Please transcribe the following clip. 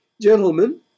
Gentlemen